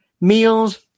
Meals